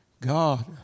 God